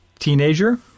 teenager